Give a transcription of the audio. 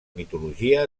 mitologia